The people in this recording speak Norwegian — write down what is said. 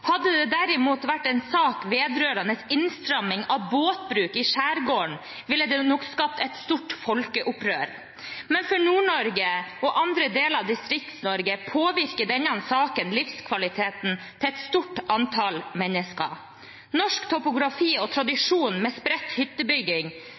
Hadde det derimot vært en sak vedrørende innstramming av båtbruk i skjærgården, ville det nok skapt et stort folkeopprør. Men for Nord-Norge og andre deler av Distrikts-Norge påvirker denne saken livskvaliteten til et stort antall mennesker. Norsk topografi og